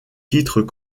titres